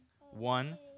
One